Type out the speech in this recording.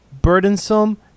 burdensome